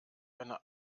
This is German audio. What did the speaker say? eine